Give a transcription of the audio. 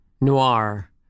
Noir